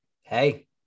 Hey